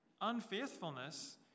Unfaithfulness